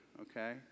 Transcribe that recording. okay